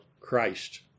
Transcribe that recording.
Christ